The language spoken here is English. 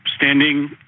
standing